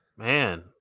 Man